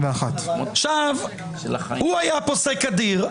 221. הוא היה פוסק אדיר,